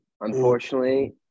unfortunately